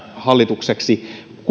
hallitukseksi